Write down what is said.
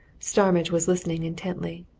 starmidge was listening intently.